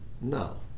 No